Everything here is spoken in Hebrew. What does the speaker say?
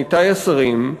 עמיתי השרים: